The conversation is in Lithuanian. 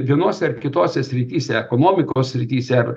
vienose ar kitose srityse ekonomikos srityse ar